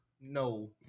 No